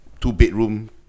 two-bedroom